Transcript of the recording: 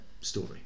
story